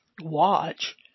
watch